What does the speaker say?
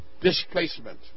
Displacement